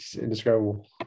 indescribable